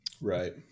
Right